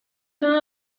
uno